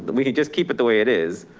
but we can just keep it the way it is.